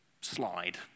slide